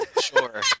Sure